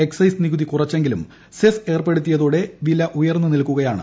excise നികുതി കുറച്ചെങ്കിലും cess ഏർപ്പെടുത്തിയതോടെ വില ഉയർന്ന് നിൽക്കുകയാണ്